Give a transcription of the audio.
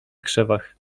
krzewach